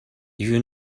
you